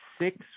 six